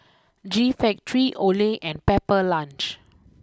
G Factory Olay and Pepper Lunch